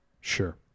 Sure